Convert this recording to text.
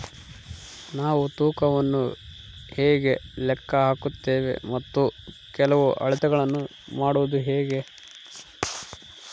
ನಾವು ತೂಕವನ್ನು ಹೇಗೆ ಲೆಕ್ಕ ಹಾಕುತ್ತೇವೆ ಮತ್ತು ಕೆಲವು ಅಳತೆಗಳನ್ನು ಮಾಡುವುದು ಹೇಗೆ?